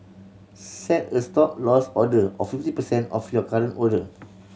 set a Stop Loss order of fifty percent of your current order